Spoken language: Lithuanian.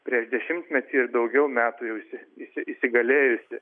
prieš dešimtmetį ir daugiau metų jau įsi įsigalėjusi